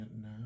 now